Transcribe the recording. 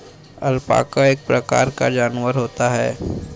alpaca एक प्रकार का जानवर होता है